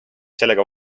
sellega